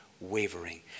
Wavering